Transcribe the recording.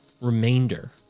remainder